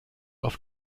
auf